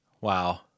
Wow